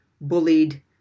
bullied